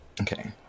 Okay